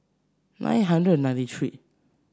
nine hundred ninety three